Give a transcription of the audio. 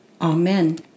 Amen